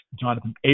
Jonathan